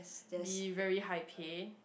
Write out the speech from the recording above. the very high pay